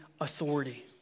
authority